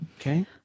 okay